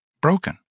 broken